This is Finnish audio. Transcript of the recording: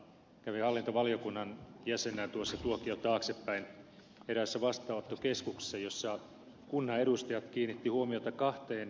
kävin hallintovaliokunnan jäsenenä tuossa tuokio taaksepäin eräässä vastaanottokeskuksessa missä kunnan edustajat kiinnittivät huomiota kahteen yksityiskohtaan